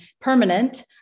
permanent